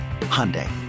Hyundai